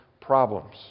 problems